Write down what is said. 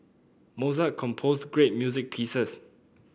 Mozart composed great music pieces